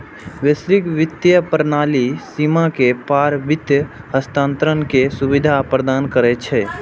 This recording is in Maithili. वैश्विक वित्तीय प्रणाली सीमा के पार वित्त हस्तांतरण के सुविधा प्रदान करै छै